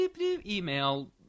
email